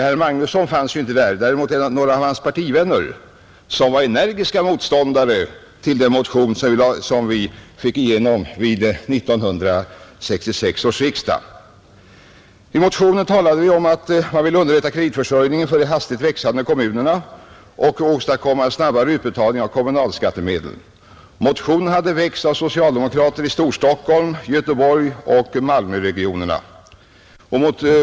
Herr Magnusson var inte där men däremot några av hans partivänner, och de var energiska motståndare till den motion som vi fick igenom vid 1966 års riksdag. I motionen talade vi om att vi ville underlätta kreditförsörjningen för de hastigt växande kommunerna och åstadkomma en snabbare utbetalning av kommunalskattemedel. Motionen hade väckts av socialdemokrater i Storstockholm och i Göteborgsoch Malmöregionen.